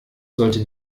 sollte